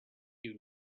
you